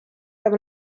have